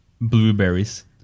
blueberries